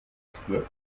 split